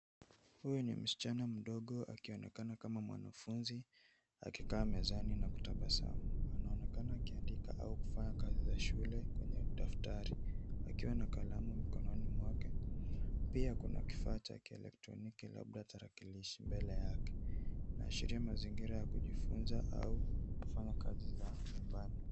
Huyu ni msichana mdogo akionekana kama mwanafunzi akikaa mezani na kutabasamu. Anaonekana akiandika au kufanya kazi za shule kwenye daftari, akiwa na kalamu mkononi mwake. Pia kuna kifaa cha kielektroniki, labda tarakilishi mbele yake. Inaashiria mazingira ya kujifunza au kufanya kazi za nyumbani.